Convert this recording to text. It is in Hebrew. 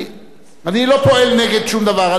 אני לא פועל נגד שום דבר.